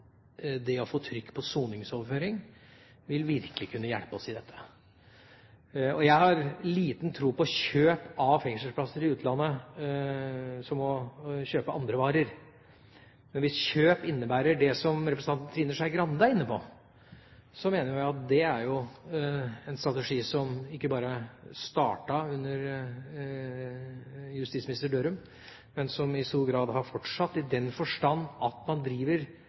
det å få trykk på soningsoverføring virkelig vil kunne hjelpe oss i dette. Jeg har liten tro på kjøp av fengselsplasser i utlandet som å kjøpe andre varer. Men hvis kjøp innebærer det som representanten Trine Skei Grande er inne på, mener jeg at det er en strategi som ikke bare startet under tidligere justisminister Dørum, men som i stor grad har fortsatt, i den forstand at man driver